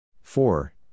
four